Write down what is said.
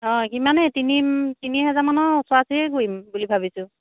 অঁ সিমানেই তিনি তিনি হাজাৰমানৰ ওচৰা উচৰিয়ে কৰিম বুলি ভাবিছোঁ